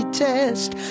test